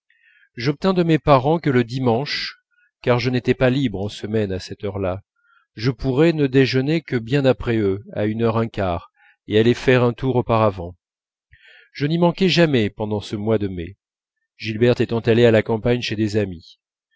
j'obtins de mes parents que le dimanche car je n'étais pas libre en semaine à cette heure-là je pourrais ne déjeuner que bien après eux à une heure un quart et aller faire un tour auparavant je n'y manquai jamais pendant ce mois de mai gilberte étant allée à la campagne chez des amies